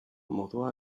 modua